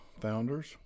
Founders